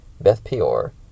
Beth-Peor